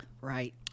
Right